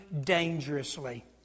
dangerously